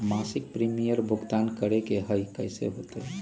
मासिक प्रीमियम के भुगतान करे के हई कैसे होतई?